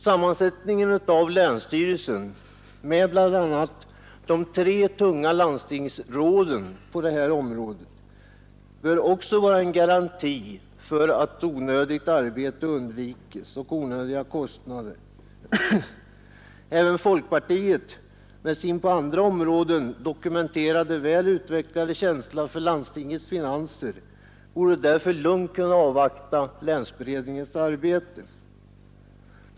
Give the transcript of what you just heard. Sammansättningen av länsstyrelsen med bl.a. de tre tunga landstingsråden på detta område bör också vara en garanti för att onödigt arbete och onödiga kostnader undviks. Även folkpartiet med sin på andra områden dokumenterade väl utvecklade känsla för landstingets finanser borde därför lugnt kunna avvakta länsberedningens arbete.